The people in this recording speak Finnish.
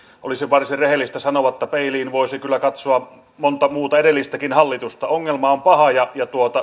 olisi varsin rehellistä sanoa että peiliin voisi kyllä katsoa monta muuta edellistäkin hallitusta ongelma on paha ja ja